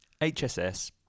HSS